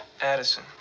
Addison